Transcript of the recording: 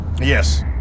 Yes